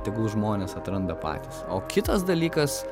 tegul žmonės atranda patys o kitas dalykas